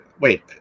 wait